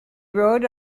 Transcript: rode